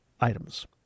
items